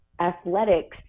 athletics